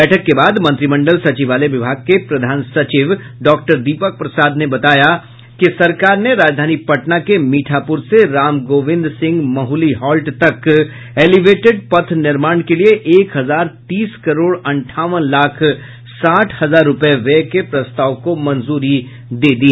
बैठक के बाद मंत्रिमंडल सचिवालय विभाग के प्रधान सचिव डॉक्टर दीपक प्रसाद ने बताया कि सरकार ने राजधानी पटना के मीठापूर से रामगोविंद सिंह महुली हॉल्ट तक एलिवेटेड पथ निर्माण के लिए एक हजार तीस करोड़ अंठावन लाख साठ हजार रुपये व्यय के प्रस्ताव को मंजूरी दे दी